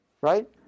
right